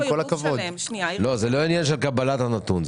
זה לא עניין של קבלת הנתון.